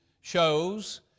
shows